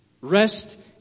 Rest